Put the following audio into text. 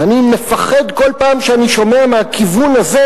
אז אני מפחד כל פעם שאני שומע מהכיוון הזה